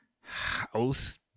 house